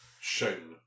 shown